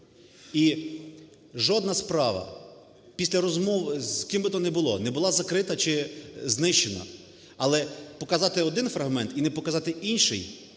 И жодна справа після розмов з ким би то не було, не була закрита чи знищена, але показати один фрагмент і не показати інший